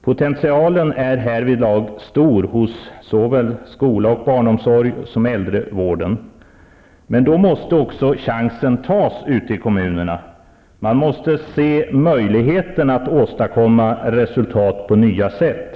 Potentialen är härvidlag stor hos såväl skola och barnomsorg som hos äldrevården. Men då måste också chansen tas ute i kommunerna. Man måste se möjligheterna att åstadkomma resultat på nya sätt.